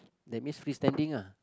that means free standing ah